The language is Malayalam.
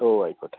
ഓ ആയിക്കോട്ടെ